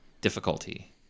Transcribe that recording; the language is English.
Difficulty